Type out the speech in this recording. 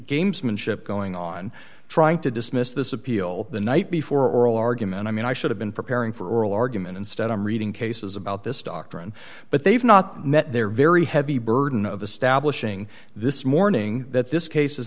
gamesmanship going on trying to dismiss this appeal the night before oral argument i mean i should have been preparing for oral argument instead i'm reading cases about this doctrine but they've not met their very heavy burden of establishing this morning that this case is